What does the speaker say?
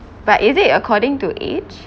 but is it according to age